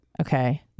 Okay